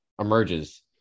emerges